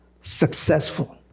successful